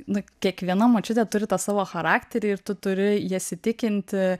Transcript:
nu kiekviena močiutė turi tą savo charakterį ir tu turi jas įtikinti